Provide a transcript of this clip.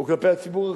או כלפי הציבור החרדי,